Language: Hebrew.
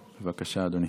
בבקשה, אדוני.